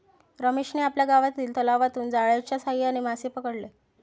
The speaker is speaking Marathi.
रमेशने आपल्या गावातील तलावातून जाळ्याच्या साहाय्याने मासे पकडले